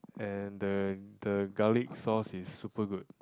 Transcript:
and the the garlic sauce is super good